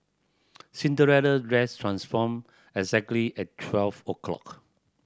Cinderella dress transformed exactly at twelve o'clock